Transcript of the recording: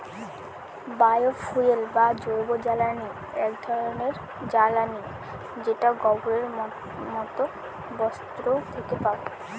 বায় fuel বা জৈবজ্বালানী এমন এক ধরনের জ্বালানী যেটা গোবরের মতো বস্তু থেকে পাবো